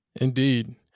Indeed